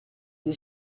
gli